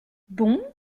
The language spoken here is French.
bon